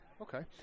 Okay